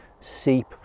seep